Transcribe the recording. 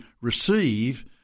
receive